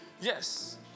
Yes